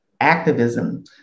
activism